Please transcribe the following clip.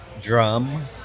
drum